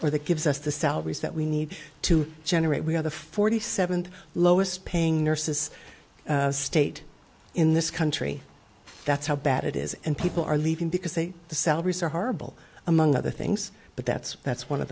or that gives us the salaries that we need to generate we are the forty seventh lowest paying nurses state in this country that's how bad it is and people are leaving because they the salaries are horrible among other things but that's that's one of